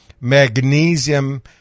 magnesium